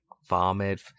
vomit